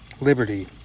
liberty